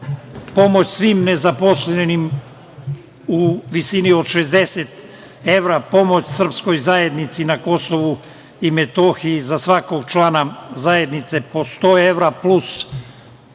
pomoć svim nezaposlenim u visini od 60 evra, pomoć Srpskoj zajednici na KiM za svakog člana zajednice po 100 evra,